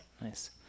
nice